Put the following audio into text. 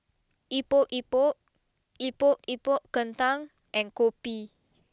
Epok Epok Epok Epok Kentang and Kopi